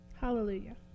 Hallelujah